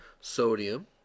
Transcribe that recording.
sodium